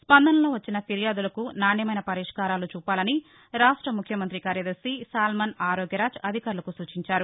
స్భందనలో వచ్చిన ఫిర్యాదులకు నాణ్యమైన పరిష్కారాలను చూపాలని రాష్ట ముఖ్యమంత్రి కార్యదర్శి సాల్మన్ ఆరోగ్యరాజ్ అధికారులకు సూచించారు